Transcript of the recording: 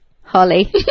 Holly